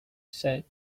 said